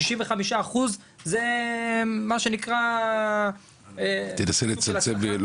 65 אחוז זה מה שנקרא --- תנסה לצמצם,